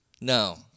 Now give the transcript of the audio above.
No